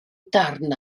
darn